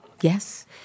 Yes